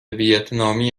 ویتنامی